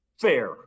Fair